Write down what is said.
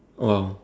!wow!